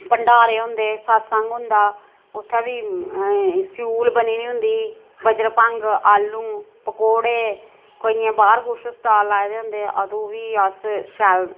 भंडारे होंदे सत्संग होंदा उ'त्थें बी स्यूल बनी दी होंदी बजरभंग आलू पकौड़े केइयें बाह्र कुछ स्टॉल लाए दे होंदे अदूं बी अस शैल